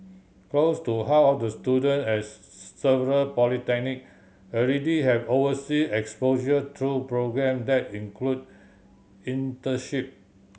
close to half of the students at several polytechnic already have oversea exposure through program that include internship